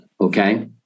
Okay